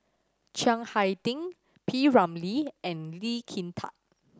Chiang Hai Ding P Ramlee and Lee Kin Tat